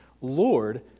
Lord